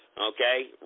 Okay